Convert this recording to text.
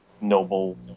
noble –